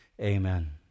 Amen